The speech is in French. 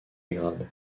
dégrade